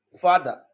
father